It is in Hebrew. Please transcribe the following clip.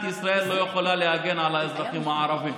ישראל לא יכולה להגן על האזרחים הערבים,